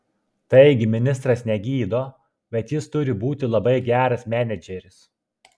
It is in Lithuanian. taigi ministras negydo bet jis turi būti labai geras menedžeris